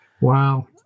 Wow